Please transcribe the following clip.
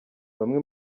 bamwe